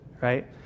right